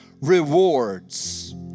rewards